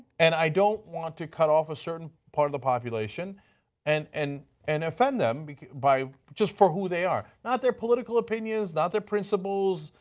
and i don't want to cut-off a certain part of the population and, and, and offend them just for who they are. not their political opinions, not their principles.